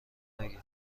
نگیر